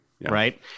Right